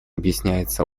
объясняется